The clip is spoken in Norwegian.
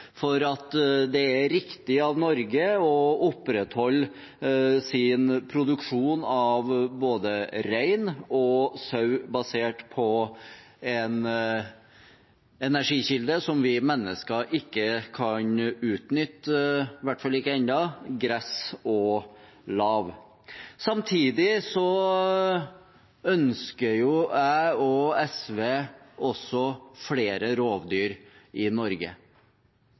for det er riktig av Norge å opprettholde sin produksjon av både rein og sau, basert på en energikilde som vi mennesker i hvert fall ikke ennå kan utnytte: gress og lav. Samtidig ønsker jeg og SV flere rovdyr i Norge.